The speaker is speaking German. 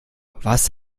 was